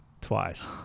twice